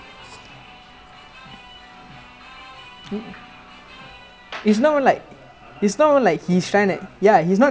that's why like அவன் வந்து:avan vanthu like haresh வந்து:vanthu fun நெனச்சுட்டு பண்ணிட்டிருக்கான்:nenachuttu pannittirukkaan is not like serious because like you all not you all but I'm saying like because they like laugh so hard